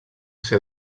ser